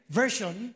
version